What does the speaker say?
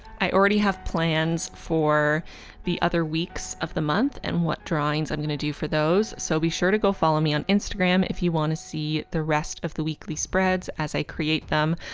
i already have plans for the other weeks of the month and what drawings i'm going to do for those so be sure to go follow me on instagram if you want to see the rest of the weekly spreads as i create them!